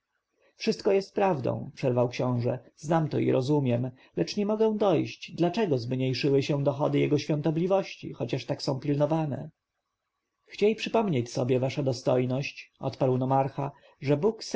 wszystko jest prawdą przerwał książę znam to i rozumiem lecz nie mogę dojść dlaczego zmniejszyły się dochody jego świątobliwości chociaż są tak pilnowane chciej przypomnieć sobie wasza dostojność odparł nomarcha że bóg